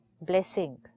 blessing